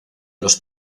los